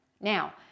Now